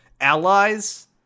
allies